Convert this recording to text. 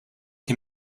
him